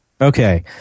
Okay